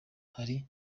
hari